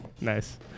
Nice